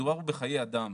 מדובר פה בחיי אדם